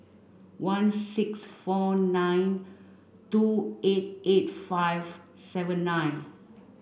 one six four nine two eight eight five seven nine